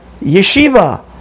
yeshiva